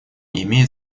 имеет